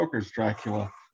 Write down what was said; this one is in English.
Dracula